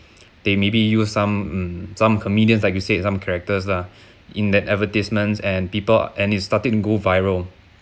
they maybe use some hmm some comedians like you said some characters lah in that advertisements and people and it's starting to go viral